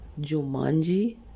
Jumanji